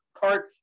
cart